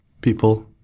people